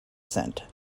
scent